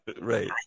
Right